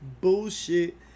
bullshit